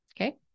Okay